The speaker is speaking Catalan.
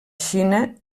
xina